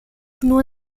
nur